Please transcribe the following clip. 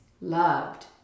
loved